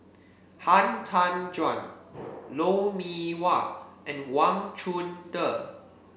Han Tan Juan Lou Mee Wah and Wang Chunde